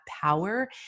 power